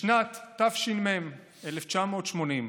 בשנת תש"ם, 1980,